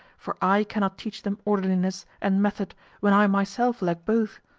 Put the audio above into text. for i cannot teach them orderliness and method when i myself lack both.